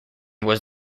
was